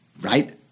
right